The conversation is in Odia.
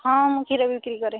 ହଁ ମୁଁ କ୍ଷୀର ବିକ୍ରି କରେ